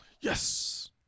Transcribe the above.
Yes